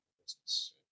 business